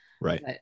right